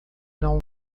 não